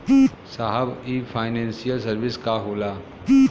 साहब इ financial service का होला?